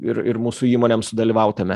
ir ir mūsų įmonėms sudalyvaut tame